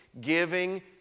giving